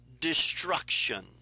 destruction